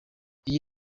iyi